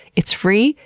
it's free,